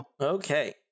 Okay